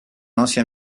ancien